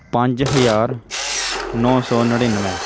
ਪੰਜ ਹਜ਼ਾਰ ਨੌ ਸੌ ਨੜੇਨਵੇਂ